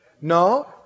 No